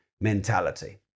mentality